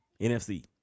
NFC